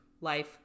life